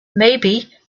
maybe